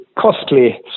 costly